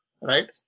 right